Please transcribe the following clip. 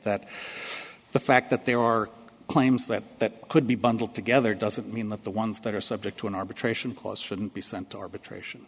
that the fact that there are claims that could be bundled together doesn't mean that the ones that are subject to an arbitration clause shouldn't be sent to arbitration